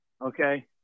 Okay